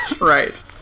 Right